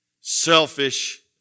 selfish